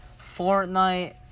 Fortnite